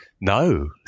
no